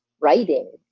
writing